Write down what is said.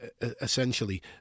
essentially